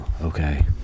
Okay